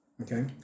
Okay